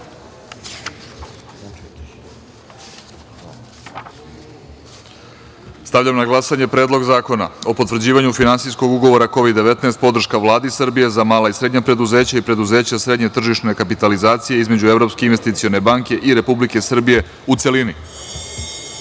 zakona. Stavljam na glasanje Predlog zakona o potvrđivanju Finansijskog ugovora Kovid-19 podrška Vladi Srbije za mala i srednja preduzeća i preduzeća srednje tržišne kapitalizacije između Evropske investicione banke i Republike Srbije, u